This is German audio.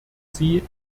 sie